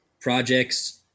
projects